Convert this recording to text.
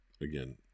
again